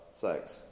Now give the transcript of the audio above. sex